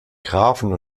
grafen